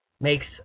makes